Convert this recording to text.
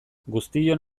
guztion